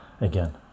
again